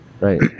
right